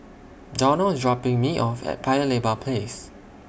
Donald IS dropping Me off At Paya Lebar Place